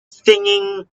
singing